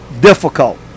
difficult